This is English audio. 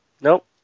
Nope